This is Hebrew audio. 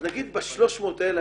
אז נגיד ב-300 האלה,